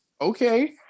Okay